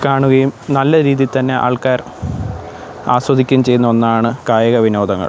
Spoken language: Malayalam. കാണുകയും നല്ല രീതിയിൽ തന്നെ ആൾക്കാർ ആസ്വദിക്കുകയും ചെയ്യുന്ന ഒന്നാണ് കായിക വിനോദങ്ങൾ